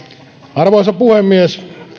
arvoisa puhemies